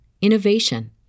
innovation